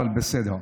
אבל בסדר.